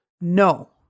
No